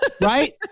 Right